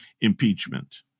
impeachment